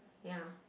ya